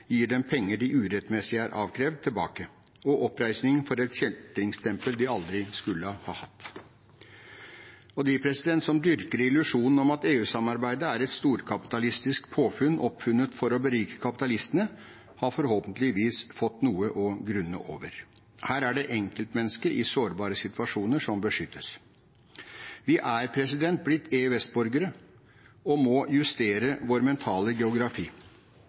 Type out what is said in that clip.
gir dem pengene de urettmessig er avkrevd, tilbake, og oppreisning for et kjeltringstempel de aldri skulle ha hatt. De som dyrker illusjonen om at EU-samarbeidet er et storkapitalistisk påfunn oppfunnet for å berike kapitalistene, har forhåpentligvis fått noe å grunne over. Her er det enkeltmennesket i sårbare situasjoner som beskyttes. Vi er blitt EØS-borgere og må justere vår mentale geografi.